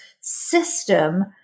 system